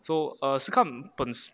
so err 是看本身